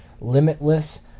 limitless